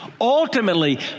Ultimately